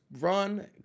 run